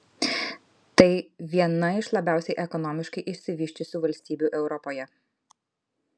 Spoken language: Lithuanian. tai viena iš labiausiai ekonomiškai išsivysčiusių valstybių europoje